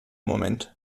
moment